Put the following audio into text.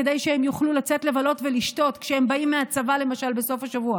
כדי שהם יוכלו לצאת לבלות ולשתות כשהם באים מהצבא למשל בסוף השבוע,